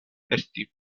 esti